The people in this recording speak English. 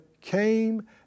came